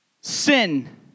sin